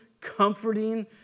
comforting